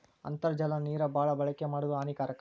ಅಂತರ್ಜಲ ನೇರ ಬಾಳ ಬಳಕೆ ಮಾಡುದು ಹಾನಿಕಾರಕ